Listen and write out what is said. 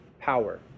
power